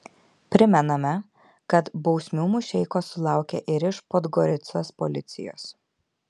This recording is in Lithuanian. primename kad bausmių mušeikos sulaukė ir iš podgoricos policijos